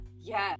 yes